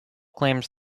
claims